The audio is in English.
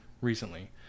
recently